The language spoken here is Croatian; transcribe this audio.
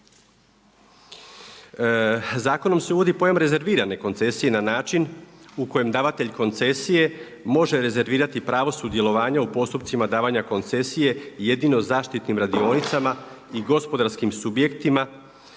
Zakonom se uvodi pojam rezervirane koncesije na način u kojem davatelj koncesije može rezervirati pravo sudjelovanja u postupcima davanja koncesije jedino zaštitnim radionicama i gospodarskim subjektima